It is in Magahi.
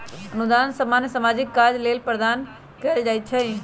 अनुदान सामान्य सामाजिक काज लेल प्रदान कएल जाइ छइ